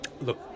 Look